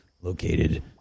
located